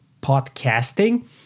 podcasting